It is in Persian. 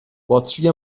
باتری